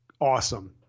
Awesome